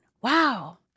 Wow